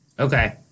Okay